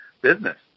business